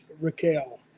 Raquel